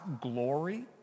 glory